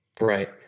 right